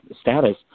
status